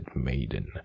maiden